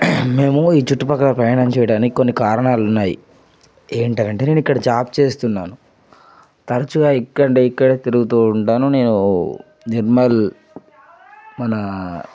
మేము ఈ చుట్టుపక్కల ప్రయాణం చేయడానికి కొన్ని కారణాలున్నాయి ఏంటి అనంటే నేను ఇక్కడ జాబ్ చేస్తున్నాను తరచుగా ఇక్కడ ఇక్కడ తిరుగుతూ ఉంటాను నేను నిర్మల్ మన